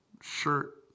shirt